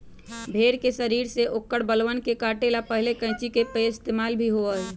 भेड़ के शरीर से औकर बलवन के काटे ला पहले कैंची के पइस्तेमाल ही होबा हलय